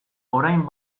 orain